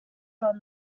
from